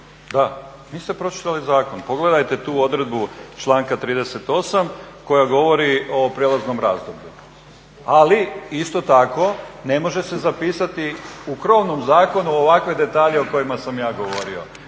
Da, niste pročitali zakon. Pogledajte tu odredbu članka 38. koja govori o prijelaznom razdoblju. Ali, isto tako ne može se zapisati u krovnom zakonu ovakve detalje o kojima sam ja govorio.